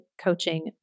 coaching